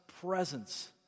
presence